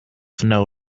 know